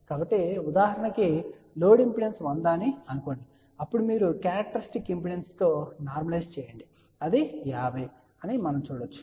కాబట్టి ఉదాహరణకు load impedance 100 అని పరిగణించండి అప్పుడు మీరు క్యారెక్టరిస్టిక్ ఇంపిడెన్స్ తో నార్మలైస్ చేయండి అది 50 అని పరిగణించండి